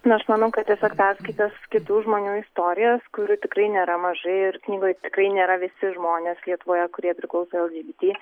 nu aš manau kad tiesiog perskaitęs kitų žmonių istorijas kurių tikrai nėra mažai ir knygoj tikrai nėra visi žmonės lietuvoje kurie priklauso lgbt